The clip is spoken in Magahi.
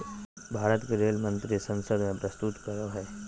भारत के रेल मंत्री संसद में प्रस्तुत करो हइ